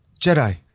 Jedi